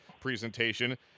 presentation